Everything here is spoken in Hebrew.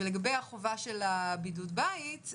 ולגבי החובה של בידוד בית,